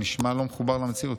נשמע לא מחובר למציאות.